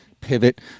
pivot